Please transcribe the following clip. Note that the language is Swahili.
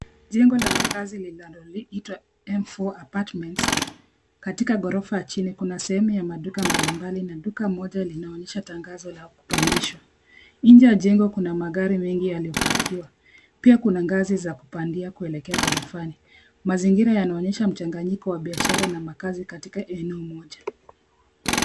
Jengo la makazi linaloitwa M4 Apartments ,katika ghorofa ya chini, kuna sehemu ya maduka mbalimbali na duka moja linaonyesha tangazo la kupangisha. Nje ya jengo kuna magari mengi yaliyo pakiwa, pia kuna ngazi za kupandia kuelekea ghorofani. Mazingira yanaonyesha mchanganyiko wa biashara na makazi katika eneo moja.